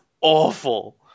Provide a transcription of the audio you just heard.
awful